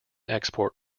export